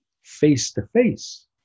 face-to-face